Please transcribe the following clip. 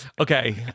Okay